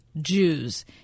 Jews